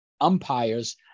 umpires